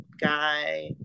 guy